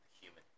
human